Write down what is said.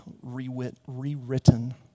rewritten